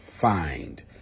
find